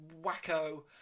wacko